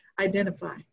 identify